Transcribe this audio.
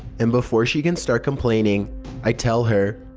and before she can start complaining i tell her,